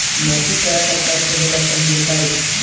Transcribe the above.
माटी कै प्रकार के होला तनि बताई?